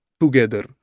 together